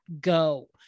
go